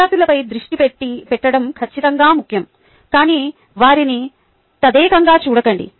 విద్యార్డులపై దృష్టి పెట్టడం ఖచ్చితంగా ముఖ్యం కానీ వారిని తదేకంగా చూడకండి